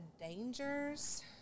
dangers